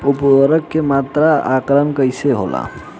उर्वरक के मात्रा में आकलन कईसे होला?